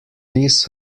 this